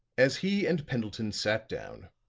as he and pendleton sat down,